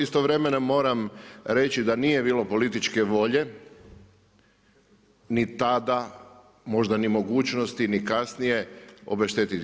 Istovremeno moram reći da nije bilo političke volje, ni tada, možda ni mogućnosti, ni kasnije obešteti.